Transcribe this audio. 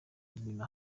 ibintu